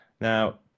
Now